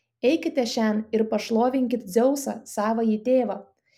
eikite šen ir pašlovinkit dzeusą savąjį tėvą